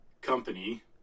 company